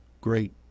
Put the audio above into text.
great